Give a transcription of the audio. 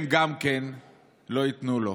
הם גם כן לא ייתנו לו.